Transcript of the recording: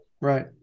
Right